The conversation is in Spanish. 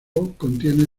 contiene